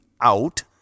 out